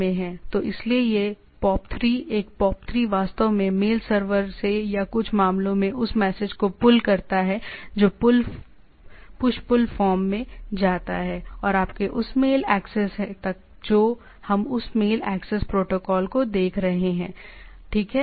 तो इसलिए कि यह POP3 एक POP3 वास्तव में मेल सर्वर से या कुछ मामलों में उस मैसेज को पुल करता है जो पुश पुल फॉर्म में जाता है और आपके उस मेल एक्सेस तक जो हम उस मेल एक्सेस प्रोटोकॉल को देख रहे हैं ठीक है